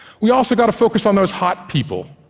we also got to focus on those hot people.